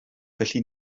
felly